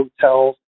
hotels